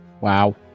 Wow